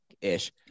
ish